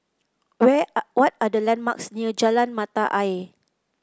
what are the landmarks near Jalan Mata Ayer